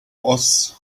was